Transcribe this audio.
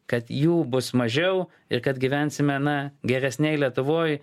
kad jų bus mažiau ir kad gyvensime na geresnėj lietuvoj